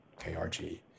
KRG